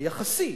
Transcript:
היחסי.